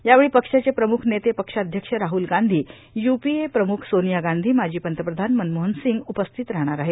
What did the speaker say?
यावेळी पक्षाचे प्रम्ख नेते पक्षाध्यक्ष राहुल गांधी युपीए प्रमुख सोर्नाया गांधी माजी पंतप्रधान मनमोहन र्षांसंग उपस्थित राहणार आहेत